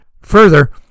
Further